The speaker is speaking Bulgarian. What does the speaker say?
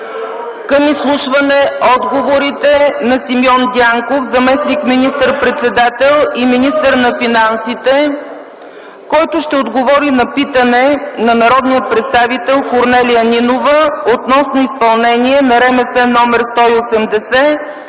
към изслушване отговорите на Симеон Дянков – заместник министър-председател и министър на финансите, който ще отговори на питане на народния представител Корнелия Нинова относно изпълнение на РМС № 180